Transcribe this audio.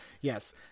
Yes